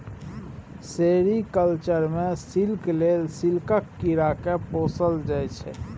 sericulture मे silk लेल सिल्कक कीरा केँ पोसल जाइ छै